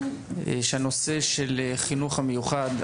שהנושא של חינוך המיוחד,